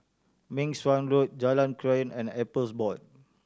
Meng Suan Road Jalan Krian and Appeals Board